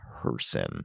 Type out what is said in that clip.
person